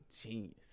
genius